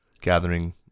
gathering